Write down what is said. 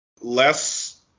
less